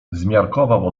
zmiarkował